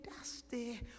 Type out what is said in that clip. dusty